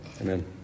Amen